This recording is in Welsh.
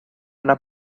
yna